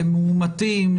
למאומתים,